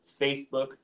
Facebook